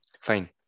fine